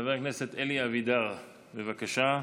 חבר הכנסת אלי אבידר, בבקשה.